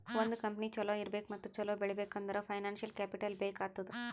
ಒಂದ್ ಕಂಪನಿ ಛಲೋ ಇರ್ಬೇಕ್ ಮತ್ತ ಛಲೋ ಬೆಳೀಬೇಕ್ ಅಂದುರ್ ಫೈನಾನ್ಸಿಯಲ್ ಕ್ಯಾಪಿಟಲ್ ಬೇಕ್ ಆತ್ತುದ್